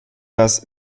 das